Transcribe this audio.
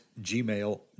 gmail